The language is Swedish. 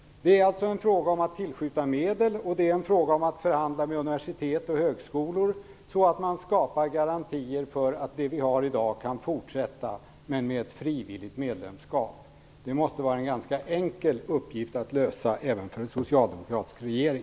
Det är alltså fråga om att tillskjuta medel, och det är fråga om att förhandla med universitet och högskolor så att det skapas garantier för att det som finns i dag kan fortsätta att finnas men med ett frivilligt medlemskap. Det måste vara en ganska enkel uppgift att lösa även för en socialdemokratisk regering.